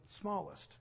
smallest